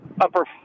upper